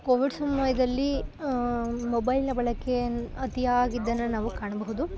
Covid ಸಮಯದಲ್ಲಿ ಮೊಬೈಲ್ನ ಬಳಕೆಯನ್ನು ಅತಿಯಾಗಿದ್ದನ್ನು ನಾವು ಕಾಣಬಹುದು